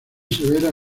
severa